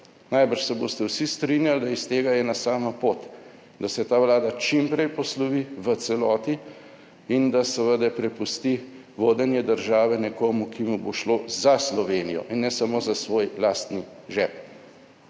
Najbrž se boste vsi strinjali, da iz tega je ena sama pot, da se ta Vlada čim prej poslovi v celoti, in da seveda prepusti vodenje države nekomu, ki mu bo šlo za Slovenijo in ne samo za svoj lastni žep.